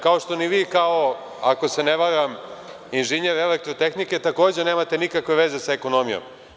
Kao što ni vi kao, ako se ne varam, inženjer elektrotehnike takođe nemate nikakve veze sa ekonomijom.